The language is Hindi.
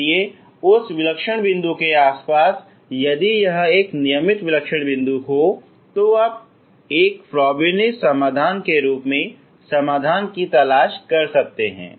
इसलिए उस विलक्षण बिंदु के आसपास यदि यह एक नियमित विलक्षण बिंदु है तो आप एक फ्रॉबेनियस श्रृंखला समाधान के रूप में समाधान की तलाश कर सकते हैं